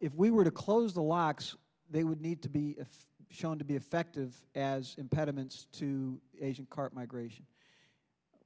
if we were to close the locks they would need to be if shown to be effective as impediments to asian carp migration